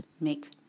make